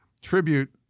tribute